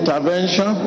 Intervention